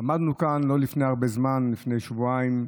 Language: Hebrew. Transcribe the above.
עמדנו כאן לא לפני הרבה זמן, לפני שבועיים,